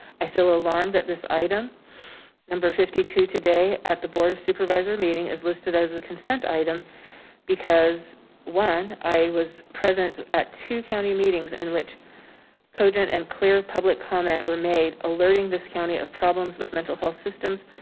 i feel alarmed that this item number fifty two today at the board of supervisor meeting is listed as a consent because one, i was present at two county meetings in which cogent and clear public comment were made. alerting this county of problems with mental health systems,